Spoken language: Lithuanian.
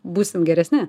būsim geresni